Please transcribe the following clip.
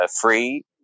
free